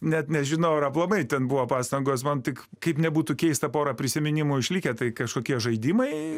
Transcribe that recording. net nežinau ar aplamai ten buvo pastangos man tik kaip nebūtų keista pora prisiminimų išlikę tai kažkokie žaidimai